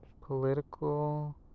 political